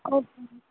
okay ma'am